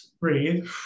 breathe